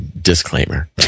disclaimer